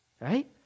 right